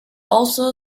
also